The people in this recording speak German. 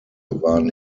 waren